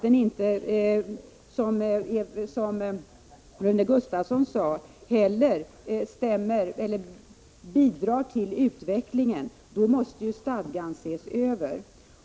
Den bidrar, som Rune Gustavsson sade, inte till utvecklingen. Därför behöver den ses över.